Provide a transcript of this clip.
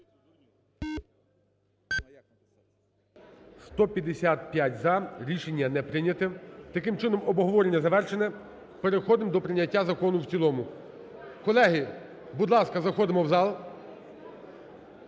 За-155 Рішення не прийнято. Таким чином, обговорення завершено. Переходимо до прийняття закону в цілому. Колеги, будь ласка, заходимо в зал.